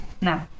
no